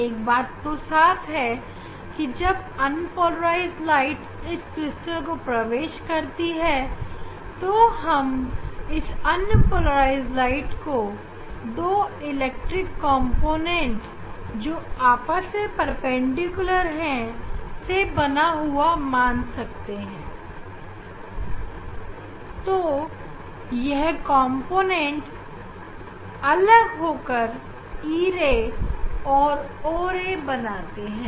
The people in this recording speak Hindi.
एक बात तो साफ है कि जब अन्पोलराइज लाइट इस क्रिस्टल को प्रवेश करती है तो हम इस अन्पोलराइज लाइट को दो इलेक्ट्रिक कॉम्पोनेंट जो आपस में परपेंडिकुलर है से बना हुआ मान सकते हैं तो यह कॉम्पोनेंट अलग होकर e ray और o ray बनाते हैं